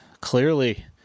clearly